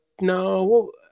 No